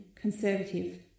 conservative